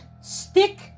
stick